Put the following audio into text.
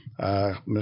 Mr